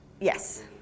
Yes